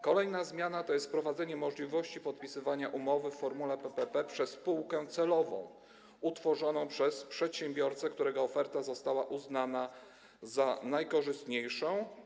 Kolejna zmiana dotyczy wprowadzenia możliwości podpisywania umowy w formule PPP przez spółkę celową utworzoną przez przedsiębiorcę, którego oferta została uznana za najkorzystniejszą.